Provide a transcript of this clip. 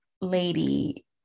lady